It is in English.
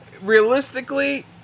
Realistically